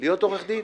להיות עורך דין?